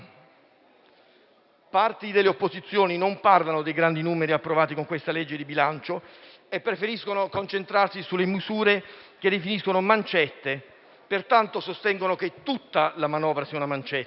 Parti delle opposizioni non parlano dei grandi numeri approvati con il disegno di legge di bilancio in esame e preferiscono concentrarsi sulle misure che definiscono mancette, sostenendo che tutta la manovra sia una mancetta.